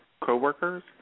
coworkers